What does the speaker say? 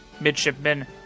Midshipmen